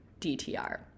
DTR